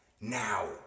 Now